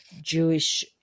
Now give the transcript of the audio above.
Jewish